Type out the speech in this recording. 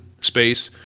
space